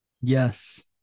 yes